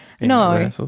No